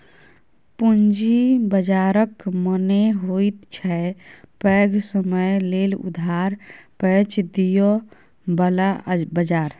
पूंजी बाजारक मने होइत छै पैघ समय लेल उधार पैंच दिअ बला बजार